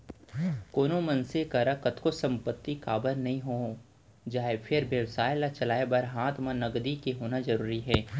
कोनो मनसे करा कतको संपत्ति काबर नइ हो जाय फेर बेवसाय ल चलाय बर हात म नगदी के होना जरुरी हे